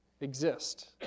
exist